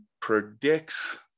predicts